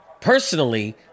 personally